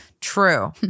true